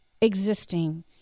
existing